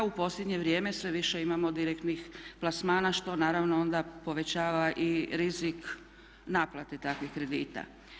U posljednje vrijeme sve više imamo direktnih plasmana što naravno onda povećava i rizik naplate takvih kredita.